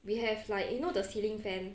we have like you know the ceiling fan